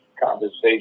conversation